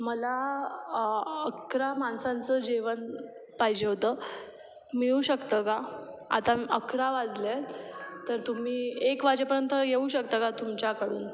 मला अकरा माणसांचं जेवण पाहिजे होतं मिळू शकतं का आता अकरा वाजले आहेत तर तुम्ही एक वाजेपर्यंत येऊ शकतं का तुमच्याकडून